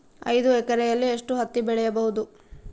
ಐದು ಎಕರೆಯಲ್ಲಿ ಎಷ್ಟು ಹತ್ತಿ ಬೆಳೆಯಬಹುದು?